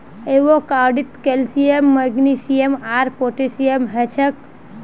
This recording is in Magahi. एवोकाडोत कैल्शियम मैग्नीशियम आर पोटेशियम हछेक